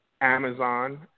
Amazon